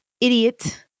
idiot